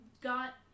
got